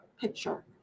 picture